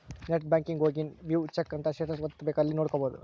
net banking ಹೋಗಿ view check status ಅಂತ ಒತ್ತಬೆಕ್ ಅಲ್ಲಿ ನೋಡ್ಕೊಬಹುದು